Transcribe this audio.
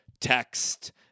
text